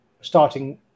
starting